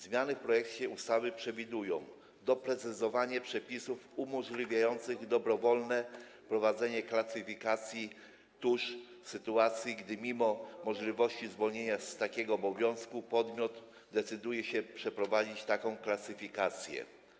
Zmiany w projekcie ustawy przewidują: Po pierwsze, doprecyzowanie przepisów umożliwiających dobrowolne prowadzenie klasyfikacji tusz w sytuacji, gdy mimo możliwości zwolnienia z takiego obowiązku podmiot decyduje się prowadzić taką klasyfikację.